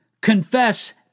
confess